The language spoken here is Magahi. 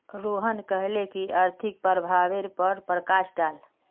रोहन कहले की आर्थिक प्रभावेर पर प्रकाश डाल